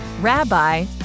Rabbi